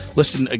listen